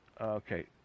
Okay